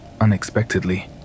unexpectedly